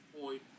point